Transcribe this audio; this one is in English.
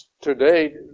today